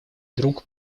друг